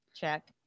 check